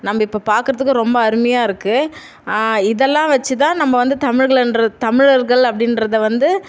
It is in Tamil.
நம்ம இப்போ பார்க்கறத்துக்கும் ரொம்ப அருமையாக இருக்குது இதெல்லாம் வெச்சு தான் நம்ம வந்து தமிழர்களென்ற தமிழர்கள் அப்படின்றத வந்து